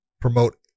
promote